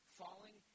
falling